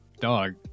dog